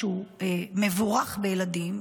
שהוא מבורך בילדים,